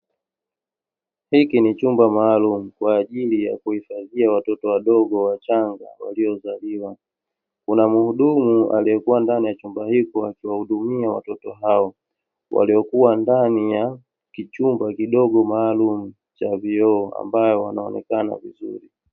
Hiki ni chumba maalumu kwa ajili ya kuhifadhia watoto wadogo wachanga waliozaliwa. Kuna mhudumu aliyekua ndani ya chumba hiko akiwahudumia watoto hao waliokuwa ndani ya kichumba kidogo maalumu cha vioo, ambao wanaonekana vizuri.